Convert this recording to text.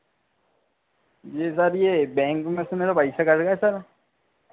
जी sir ये bank में से मेरा पैसा कट गया सर